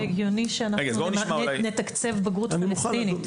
למה נראה לך הגיוני שאנחנו נתקצב בגרות פלסטינית?